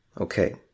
Okay